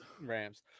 Rams